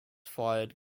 fired